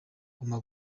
guma